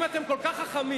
אם אתם כל כך חכמים,